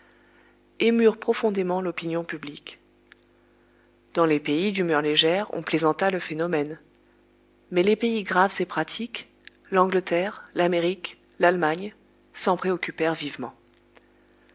émurent profondément l'opinion publique dans les pays d'humeur légère on plaisanta le phénomène mais les pays graves et pratiques l'angleterre l'amérique l'allemagne s'en préoccupèrent vivement